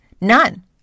None